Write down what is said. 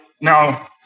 now